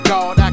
God